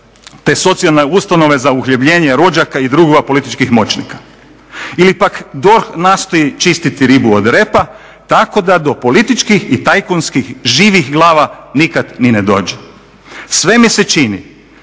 te socijalne ustanove za uhljebljenje rođaka i drugova, političkih moćnika. Ili pak DORH nastoji čistiti ribu od repa, tako da do političkih i tajkunskih živih glava nikad ni ne dođe. Sve mi se čini